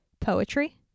poetry